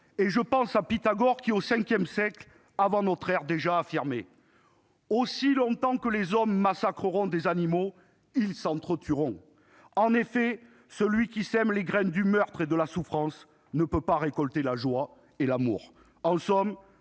et aux autres. Au V siècle avant notre ère, Pythagore affirmait déjà :« Aussi longtemps que les hommes massacreront des animaux, ils s'entretueront. En effet, celui qui sème les graines du meurtre et de la souffrance ne peut pas récolter la joie et l'amour ».